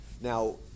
Now